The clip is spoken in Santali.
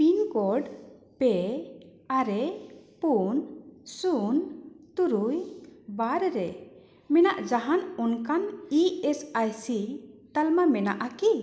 ᱯᱤᱱ ᱠᱳᱰ ᱯᱮ ᱟᱨᱮ ᱯᱩᱱ ᱥᱩᱱ ᱛᱩᱨᱩᱭ ᱵᱟᱨ ᱨᱮ ᱢᱮᱱᱟᱜ ᱡᱟᱦᱟᱱ ᱚᱱᱠᱟᱱ ᱤ ᱮᱥ ᱟᱭᱥᱤ ᱛᱟᱞᱢᱟ ᱢᱮᱱᱟᱜᱼᱟ ᱠᱤ